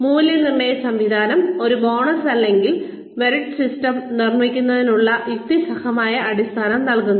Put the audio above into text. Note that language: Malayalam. മൂല്യനിർണ്ണയ സംവിധാനം ഒരു ബോണസ് അല്ലെങ്കിൽ മെറിറ്റ് സിസ്റ്റം നിർമ്മിക്കുന്നതിനുള്ള യുക്തിസഹമായ അടിസ്ഥാനം നൽകുന്നു